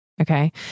Okay